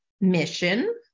Mission